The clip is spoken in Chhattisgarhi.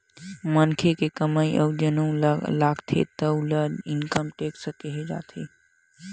मनखे के कमई म जउन कर लागथे तउन ल इनकम टेक्स केहे जाथे